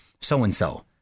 So-and-so